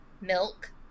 milk